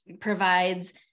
provides